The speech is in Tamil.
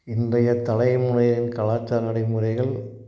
இன்றைய தலைமுறையின் கலாச்சார நடைமுறைகள்